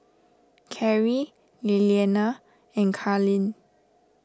Carri Lilliana and Karlee